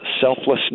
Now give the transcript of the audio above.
selflessness